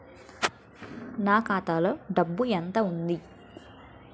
నా ఖాతాలో డబ్బు ఎంత ఉంది?